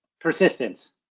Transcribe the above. persistence